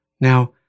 Now